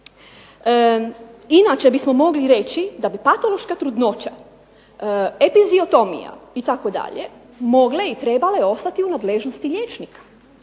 Inače bismo mogli reći da bi patološka trudnoća, epiziotomija itd. mogle i trebale ostati u nadležnosti liječnika